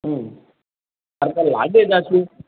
হুম আর কাল লাগেজ আসবে